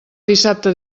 dissabte